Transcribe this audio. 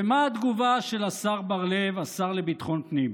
ומה התגובה של השר בר לב, השר לביטחון פנים?